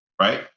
right